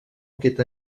aquest